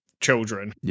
children